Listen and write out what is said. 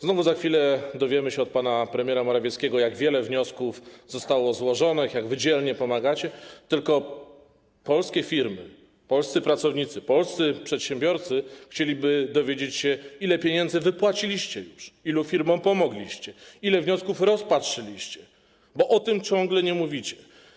Znowu za chwilę dowiemy się od pana premiera Morawieckiego, jak wiele wniosków zostało złożonych, jak wy dzielnie pomagacie, tylko polskie firmy, polscy pracownicy, polscy przedsiębiorcy chcieliby dowiedzieć się, ile pieniędzy już wypłaciliście, ilu firmom pomogliście, ile wniosków rozpatrzyliście, bo o tym ciągle nie mówicie.